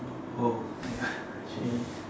oh ya actually